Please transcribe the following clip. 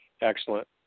Excellent